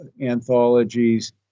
anthologies